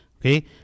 okay